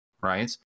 right